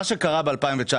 מה שקרה ב-2019,